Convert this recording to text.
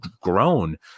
grown